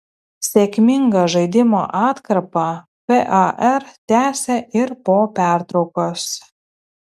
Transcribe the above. sėkmingą žaidimo atkarpą par tęsė ir po pertraukos